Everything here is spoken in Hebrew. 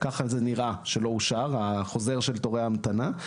ככה זה נראה שלא אושר החוזר של תורי ההמתנה.